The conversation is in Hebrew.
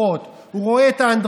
הוא רואה את ההנחיות הלא-ברורות,